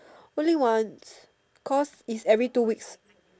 only once cause it's every two weeks